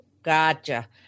Gotcha